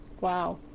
Wow